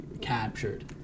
captured